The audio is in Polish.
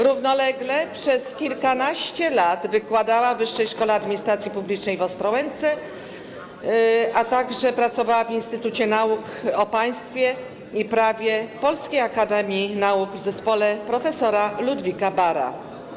Równolegle przez kilkanaście lat wykładała w Wyższej Szkole Administracji Publicznej w Ostrołęce, a także pracowała w Instytucie Nauk o Państwie i Prawie Polskiej Akademii Nauk w zespole prof. Ludwika Bara.